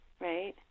right